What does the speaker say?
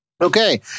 okay